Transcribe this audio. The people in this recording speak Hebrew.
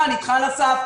על הסף,